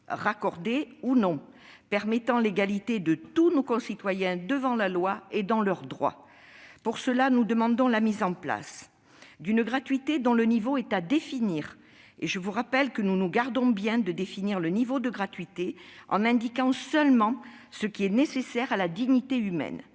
raccordé ou non, permettant l'égalité de tous nos concitoyens devant la loi et dans leurs droits. Pour cela, nous demandons la mise en place d'une gratuité dont le niveau est à définir. Je vous le rappelle, nous nous gardons bien de définir le niveau de gratuité, en indiquant seulement ce qui est nécessaire à la dignité humaine.